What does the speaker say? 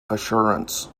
assurance